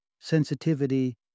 sensitivity